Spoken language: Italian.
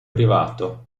privato